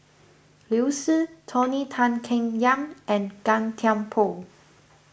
Liu Si Tony Tan Keng Yam and Gan Thiam Poh